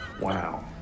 Wow